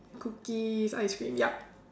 cookies ice cream yup